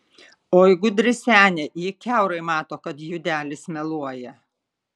oi gudri senė ji kiaurai mato kad judelis meluoja